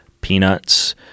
peanuts